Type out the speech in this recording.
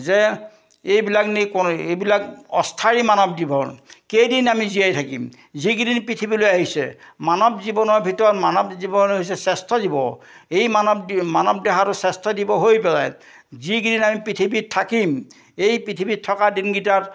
যে এইবিলাক এইবিলাক অস্থায়ী মানৱ জীৱন কেইদিন আমি জীয়াই থাকিম যিকেইদিন পৃথিৱীলৈ আহিছে মানৱ জীৱনৰ ভিতৰত মানৱ জীৱন হৈছে শ্ৰেষ্ঠ জীৱ এই মানৱ মানৱ দেহাৰো শ্ৰেষ্ঠ জীৱ হৈ পেলাই যি কিদিন আমি পৃথিৱীত থাকিম এই পৃথিৱীত থকা দিনকেইটাত